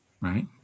right